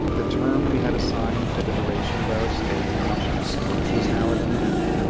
the term we had assigned for the duration of our stay in washington was now at an end,